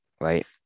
Right